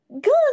good